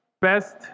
best